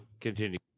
continue